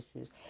issues